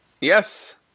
Yes